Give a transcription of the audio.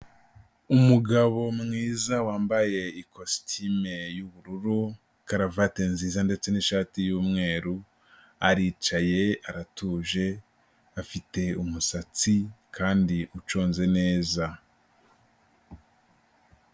Umugabo mwiza wambaye ikositime y'ubururu, karavati nziza ndetse n'ishati y'umweru, aricaye, aratuje, afite umusatsi kandi uconze neza.